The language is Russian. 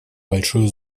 большое